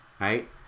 right